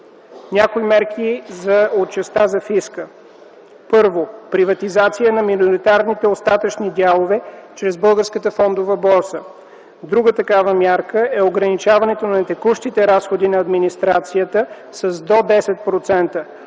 Някои мерки от частта за фиска. Първо, приватизация на миноритарните остатъчни дялове чрез Българската фондова борса. Друга такава мярка е ограничаването на текущите разходи на администрацията с до 10%.